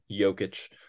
Jokic